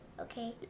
Okay